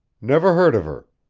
never heard of her.